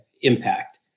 impact